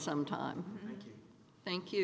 some time thank you